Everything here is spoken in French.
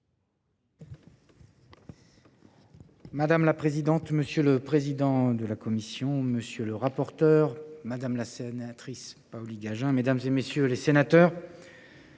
Madame la présidente, monsieur le président de la commission des finances, monsieur le rapporteur, madame la sénatrice Paoli Gagin, mesdames, messieurs les sénateurs,